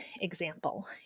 example